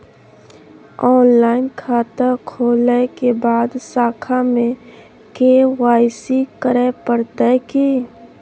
Online खाता खोलै के बाद शाखा में के.वाई.सी करे परतै की?